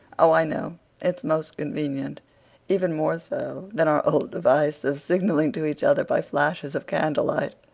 oh, i know it's most convenient even more so than our old device of signalling to each other by flashes of candlelight!